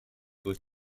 durch